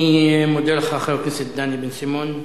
אני מודה לך, חבר הכנסת דני בן-סימון.